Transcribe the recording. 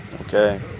okay